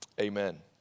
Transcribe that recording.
amen